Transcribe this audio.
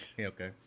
okay